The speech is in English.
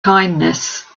kindness